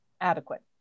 adequate